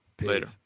Later